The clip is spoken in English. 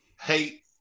hate